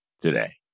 today